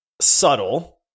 subtle